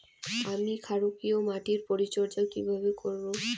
আমি ক্ষারকীয় মাটির পরিচর্যা কিভাবে করব?